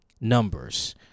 numbers